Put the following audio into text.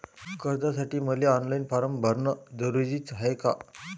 कर्जासाठी मले online form भरन जरुरीच हाय का?